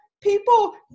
people